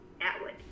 atwood